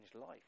life